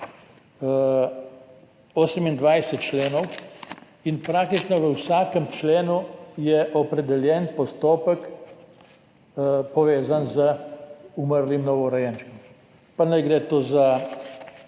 28 členov in praktično v vsakem členu je opredeljen postopek, povezan z umrlim novorojenčkom, pa naj gre recimo za